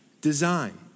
design